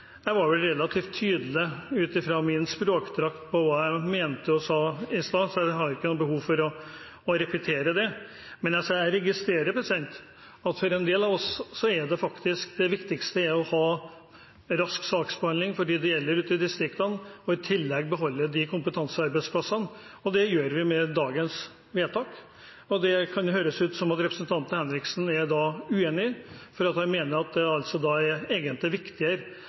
Jeg var vel relativt tydelig ut fra min språkdrakt på hva jeg mente og sa i stad, så jeg har ikke noe behov for å repetere det. Jeg registrerer at for en del av oss er faktisk det viktigste å ha rask saksbehandling for dem det gjelder ute i distriktene, og i tillegg beholde kompetansearbeidsplassene. Det gjør vi med dagens vedtak. Det kan det høres ut som at representanten Henriksen er uenig i, fordi han mener at det egentlig er viktigere at mange av de domstolene går på tomgang. Vi mener at det at det fylles opp med oppgaver, er